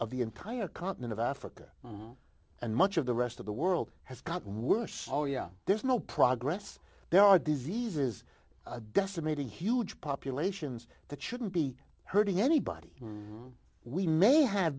of the entire continent of africa and much of the rest of the world has got worse oh yeah there's no progress there are diseases decimating huge populations that shouldn't be hurting anybody we may have